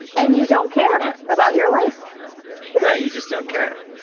and you don't care about your life right. you just don't care.